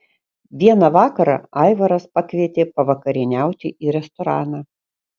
vieną vakarą aivaras pakvietė pavakarieniauti į restoraną